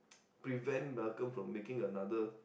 prevent Malcolm from making another